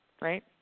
Right